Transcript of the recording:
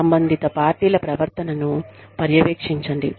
ఆపై సంబంధిత పార్టీల ప్రవర్తనను పర్యవేక్షించండి